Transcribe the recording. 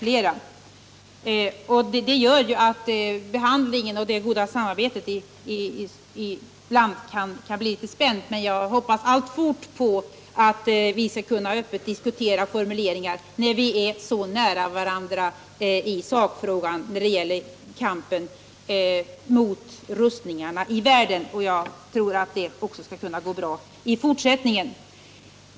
Detta gör att det goda samarbetet ibland kan bli litet spänt, men alltfort hoppas jag på att vi öppet skall kunna diskutera formuleringar då vi ändå är så nära varandra i sakfrågan, som gäller kampen mot rustningarna i världen. Jag tror att det skall kunna gå bra även i fortsättningen.